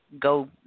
go